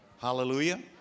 Hallelujah